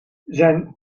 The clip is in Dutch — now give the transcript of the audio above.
zijn